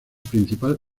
principal